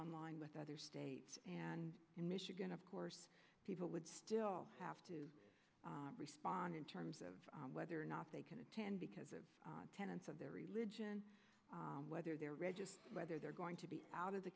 on line with other states and michigan of course people would still have to respond in terms of whether or not they can attend because of the tenets of their religion whether they're registered whether they're going to be out of the